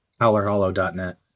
howlerhollow.net